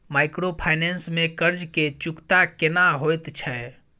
Microfinance में कर्ज के चुकता केना होयत छै?